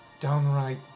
downright